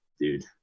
dude